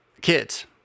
Kids